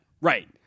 right